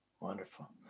Wonderful